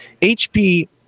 HP